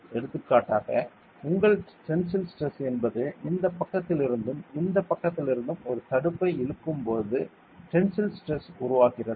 எடுத்துக்காட்டாக உங்கள் tensile stress என்பது இந்தப் பக்கத்திலிருந்தும் இந்தப் பக்கத்திலிருந்தும் ஒரு தடுப்பை இழுக்கும்போது டென்சில் ஸ்டிரஸ் உருவாகிறது